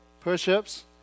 Push-ups